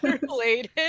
related